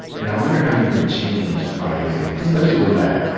and i wonder how you've been changed by those things, especially the latter,